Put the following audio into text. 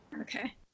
Okay